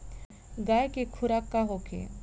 गाय के खुराक का होखे?